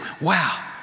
Wow